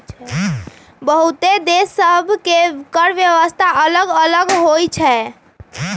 बहुते देश सभ के कर व्यवस्था अल्लग अल्लग होई छै